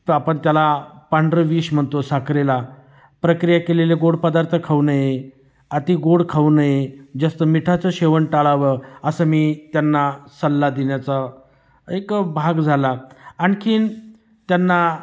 तर आपण त्याला पांढरं विष म्हणतो साखरेला प्रक्रिया केलेले गोड पदार्थ खाऊ नये अति गोड खाऊ नये जास्त मिठाचं सेवन टाळावं असं मी त्यांना सल्ला देण्याचा एक भाग झाला आणखी त्यांना